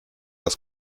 das